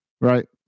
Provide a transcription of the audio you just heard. right